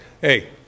hey